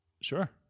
Sure